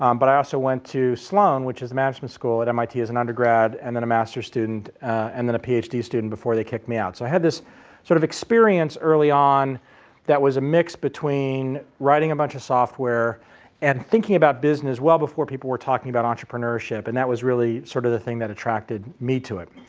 um but i also went to sloan, which is the management school at mit as an undergrad and then a master's student and then a phd student before they kicked me out. so i had this sort of experience early on that was a mix between writing a bunch of software and thinking about business well before people were talking about entrepreneurship and that was really sort of the thing that attracted me to it.